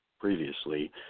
previously